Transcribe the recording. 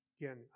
Again